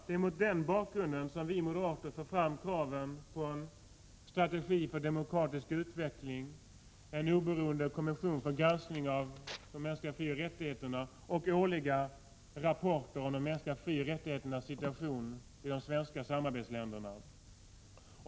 Det är mot den bakgrunden som vi moderater för fram kraven på en strategi för demokratisk utveckling, en oberoende kommission för granskning av de mänskliga frioch rättigheterna och årliga rapporter om de mänskliga frioch rättigheternas situation i de svenska samarbetsländerna.